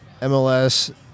mls